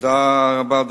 תודה רבה.